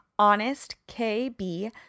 HONESTKB